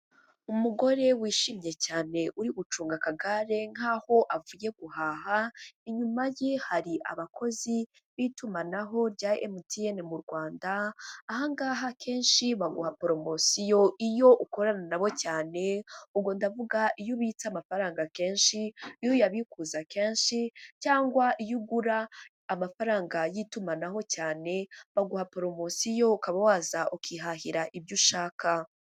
Umugore wishimye cyane uri gucunga akagare nkaho avuye guhaha, inyuma ye hari abakozi b'itumanaho rya MTN mu Rwanda, aha ngaha akenshi baguha poromosiyo iyo ukorana nabo cyane, ubwo ndavuga iyo ubitsa amafaranga akenshi, iyo uyabikuza kenshi cyangwa iyo ugura amafaranga y'itumanaho cyane baguha poromosiyo ukaba waza ukihahira ibyo ushaka.